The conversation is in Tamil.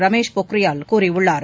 ரமேஷ் பொக்ரியால் கூறியுள்ளார்